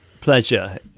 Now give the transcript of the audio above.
pleasure